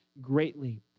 greatly